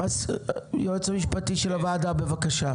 היועץ המשפטי של הוועדה, בבקשה.